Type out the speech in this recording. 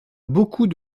beaucoup